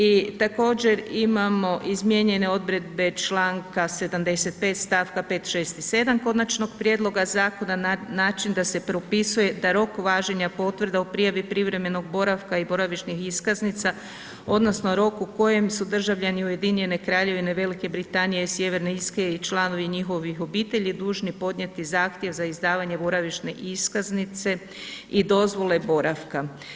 I također imamo izmijenjene odredbe članka 75. stavka 5., 6. i 7. Konačnog prijedloga Zakona na način da se propisuje da rok važenja potvrda o prijavi privremenog boravka i boravišnih iskaznica odnosno rok u kojem su državljani UK Velike Britanije i Sjeverne Irske i članovi njihovih obitelji dužni podnijeti zahtjev za izdavanje boravišne iskaznice i dozvole boravka.